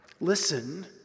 Listen